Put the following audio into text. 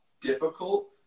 difficult